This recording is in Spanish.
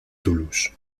toulouse